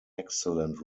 excellent